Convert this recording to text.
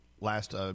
last